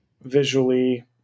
visually